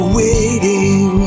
waiting